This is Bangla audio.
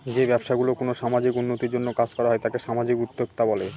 যে ব্যবসা গুলো কোনো সামাজিক উন্নতির জন্য করা হয় তাকে সামাজিক উদ্যক্তা বলে